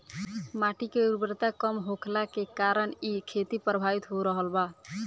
माटी के उर्वरता कम होखला के कारण इ खेती प्रभावित हो रहल बा